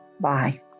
Bye